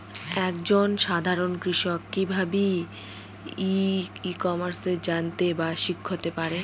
এক জন সাধারন কৃষক কি ভাবে ই কমার্সে জানতে বা শিক্ষতে পারে?